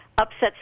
upsets